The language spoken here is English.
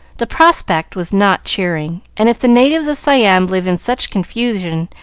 the prospect was not cheering and, if the natives of siam live in such confusion,